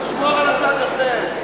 תשמור על הצד הזה.